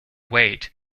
weight